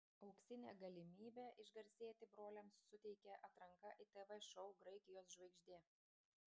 auksinę galimybę išgarsėti broliams suteikia atranka į tv šou graikijos žvaigždė